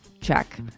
check